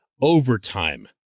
overtime